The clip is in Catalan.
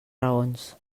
raons